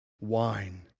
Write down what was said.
wine